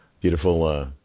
Beautiful